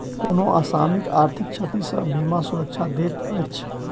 कोनो असामयिक आर्थिक क्षति सॅ बीमा सुरक्षा दैत अछि